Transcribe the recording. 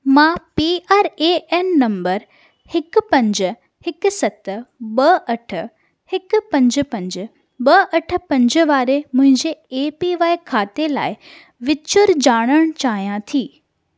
मां P R A N number हिकु पंज हिकु सत ॿ अठ हिकु पंज पंज ॿ अठ पंज वारे मुंहिंजे ए पी वाए खाते लाइ विचूरु ॼाणणु चाहियां थी